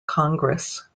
congress